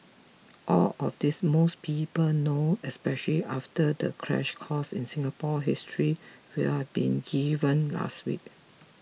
all of this most people know especially after the crash course in Singapore history we've been given last week